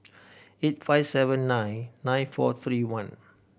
eight five seven nine nine four three one